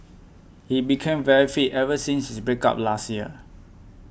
he became very fit ever since his break up last year